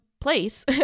place